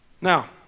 Now